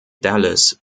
dallas